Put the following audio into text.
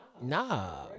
Nah